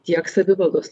tiek savivaldos